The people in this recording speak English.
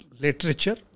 literature